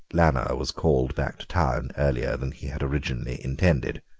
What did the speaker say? lanner was called back to town earlier than he had originally intended.